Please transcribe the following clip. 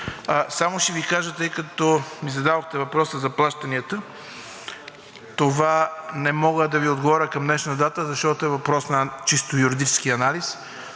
Само ще Ви кажа, тъй като ми зададохте въпроса за плащанията. Това не мога да Ви отговоря към днешна дата, защото е въпрос на чисто юридически анализ,